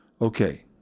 okay